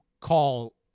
call